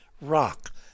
rock